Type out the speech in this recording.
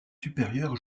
supérieur